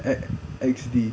X_X_D